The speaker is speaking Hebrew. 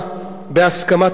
בהסכמת האקדמיה.